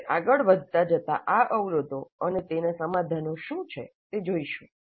આપણે આગળ વધતા જતા આ અવરોધો અને તેનાં સમાધાનો શું છે તે જોઇશું